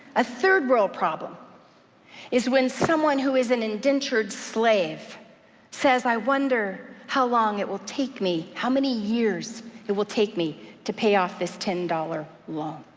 a third world problem is when someone who is an indentured slave says i wonder how long it will take me, how many years it will take me to pay off this ten dollars loan.